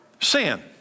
Sin